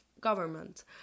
government